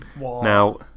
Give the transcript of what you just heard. Now